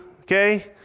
Okay